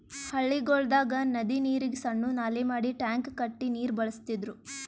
ಹಳ್ಳಿಗೊಳ್ದಾಗ್ ನದಿ ನೀರಿಗ್ ಸಣ್ಣು ನಾಲಿ ಮಾಡಿ ಟ್ಯಾಂಕ್ ಕಟ್ಟಿ ನೀರ್ ಬಳಸ್ತಿದ್ರು